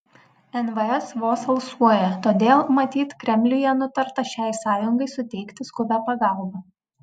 nvs vos alsuoja todėl matyt kremliuje nutarta šiai sąjungai suteikti skubią pagalbą